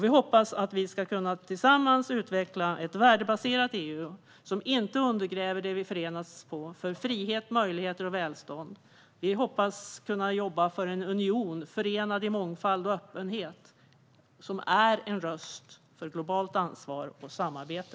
Vi hoppas att vi tillsammans ska kunna utveckla ett värdebaserat EU som inte undergräver det vi förenas i för frihet, möjligheter och välstånd. Vi hoppas kunna jobba för en union förenad i mångfald och öppenhet, en röst för globalt ansvar och samarbete.